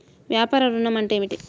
వ్యాపార ఋణం అంటే ఏమిటి?